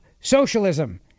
socialism